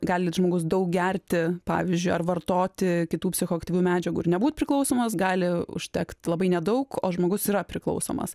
gali žmogus daug gerti pavyzdžiui ar vartoti kitų psichoaktyvių medžiagų ir nebūt priklausomas gali užtekt labai nedaug o žmogus yra priklausomas